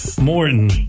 Morton